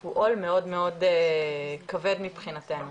הוא עול מאוד מאוד כבד מבחינתנו.